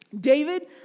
David